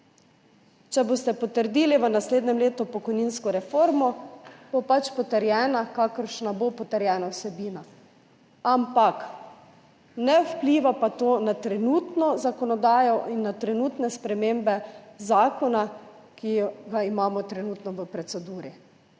Če boste potrdili v naslednjem letu pokojninsko reformo, bo pač potrjena, kakršna bo potrjena vsebina, ampak ne vpliva pa to na trenutno zakonodajo in na trenutne spremembe zakona, ki ga imamo trenutno v proceduri.